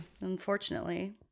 Unfortunately